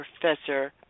professor